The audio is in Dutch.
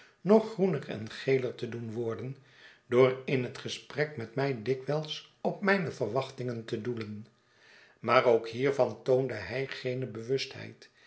nog groener en geler te doen worden door in het gesprek met my dikwijls op mijne verwachtingen te doelen maar ook hiervan toonde hij geene